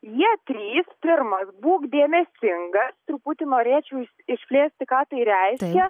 jie trys pirmas būk dėmesingas truputį norėčiau išplėsti ką tai reiškia